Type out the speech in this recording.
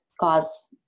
cause